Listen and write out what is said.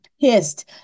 pissed